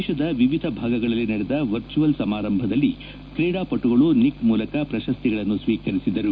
ದೇಶದ ವಿವಿಧ ಭಾಗಗಳಲ್ಲಿ ನಡೆದ ವರ್ಚೂವಲ್ ಸಮಾರಂಭದಲ್ಲಿ ಕ್ರೀಡಾ ಪಟುಗಳು ನಿಖ್ ಮೂಲಕ ಪ್ರತಸ್ತಿಗಳನ್ನು ಸ್ವೀಕರಿಸಿದರು